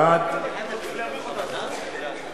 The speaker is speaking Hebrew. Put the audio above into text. בעד